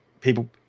people